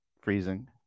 freezing